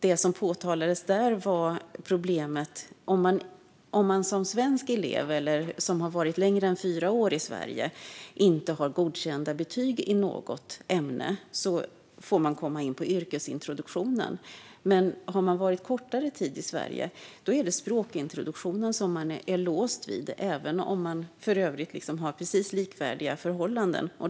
Det som påtalades var problemet att en svensk elev eller en elev som har varit längre än fyra år i Sverige och inte har godkända betyg i något ämne får komma in på yrkesintroduktionen medan en elev som har varit kortare tid i Sverige däremot är låst vid språkintroduktionen, även om man i övrigt har precis likvärdiga förhållanden.